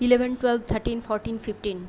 eleven twelve thirteen fourteen fifteen